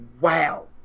wow